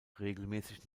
regelmäßig